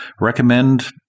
recommend